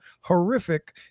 horrific